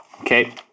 okay